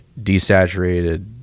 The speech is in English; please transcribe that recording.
desaturated